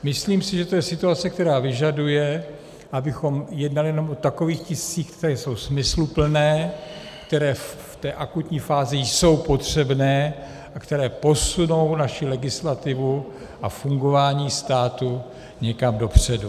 Myslím si, že to je situace, která vyžaduje, abychom jednali jenom o takových tiscích, které jsou smysluplné, které v té akutní fázi jsou potřebné a které posunou naši legislativu a fungování státu někam dopředu.